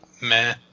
meh